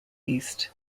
east